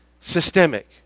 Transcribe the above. systemic